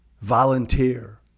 volunteer